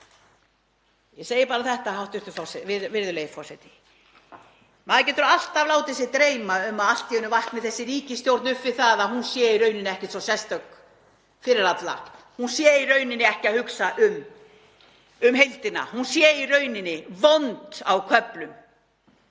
Ég segi bara þetta, virðulegur forseti: Maður getur alltaf látið sig dreyma um að allt í einu vakni þessi ríkisstjórn upp við það að hún sé í rauninni ekkert svo sérstök fyrir alla, hún sé í rauninni ekki að hugsa um heildina, hún sé í rauninni vond á köflum